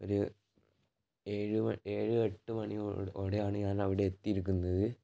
ഒര് ഏഴ് മ് ഏഴ് എട്ട് മണിയോടെയാണ് ഞാൻ അവിടെ എത്തിയിരിക്കുന്നത്